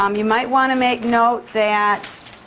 um you might wanna make note that